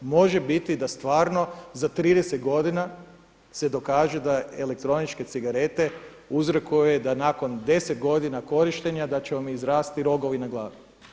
Može biti da stvarno za 30 godina se dokaže da elektroničke cigarete uzrokuje da nakon 10 godina korištenja da će vam izrasti rokovi na glavi.